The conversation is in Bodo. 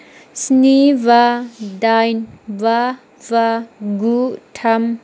स्नि बा दाइन बा बा गु थाम